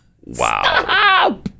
wow